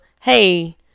hey